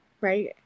right